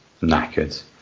knackered